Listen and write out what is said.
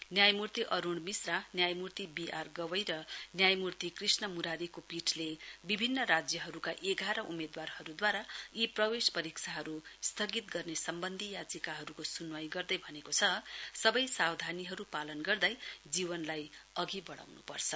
न्यायमूर्ति अरूण मिक्षा न्यायमूर्ति बी आर गवई र न्यायमूर्ति कृष्ण म्रारीको पीठले बिभिन्न राज्यहरूका एघार उम्मेदवारहरूद्वारा यी प्रवेश परीक्षाहरू स्थगित गर्ने सम्वन्धी याचिकाहरूको सुनवाई गर्दै भनेको छ सबै सावधानीहरू पालन गर्दै जीवनलाई अधि बढ़ाउन्पर्छ